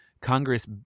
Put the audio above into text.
congress